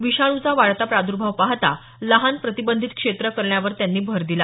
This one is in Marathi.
विषाणूचा वाढता प्राद्भाव पाहता लहान प्रतिबंधित क्षेत्र करण्यावर त्यांनी भर दिला